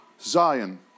Zion